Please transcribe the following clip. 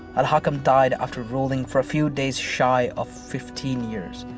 al-hakam died after ruling for a few days shy of fifteen years,